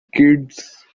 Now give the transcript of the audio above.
kids